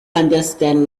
understand